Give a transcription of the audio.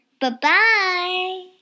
Bye-bye